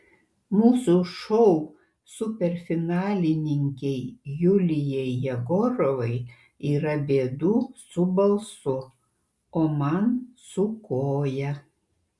mūsų šou superfinalininkei julijai jegorovai yra bėdų su balsu o man su koja